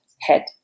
head